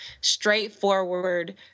straightforward